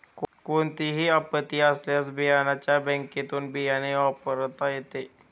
कोणतीही आपत्ती आल्यास बियाण्याच्या बँकेतुन बियाणे वापरता येते